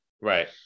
right